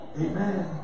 Amen